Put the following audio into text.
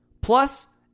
plus